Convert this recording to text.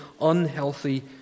unhealthy